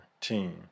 team